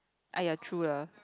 !aiya! true lah